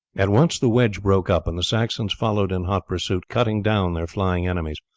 at once the wedge broke up, and the saxons followed in hot pursuit, cutting down their flying enemies.